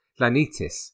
Lanitis